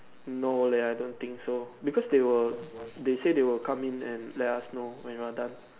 no leh I don't think so because they will they say they will come in and let us know when we are done